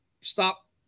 stop